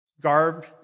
garb